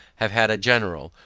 have had a general,